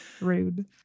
Rude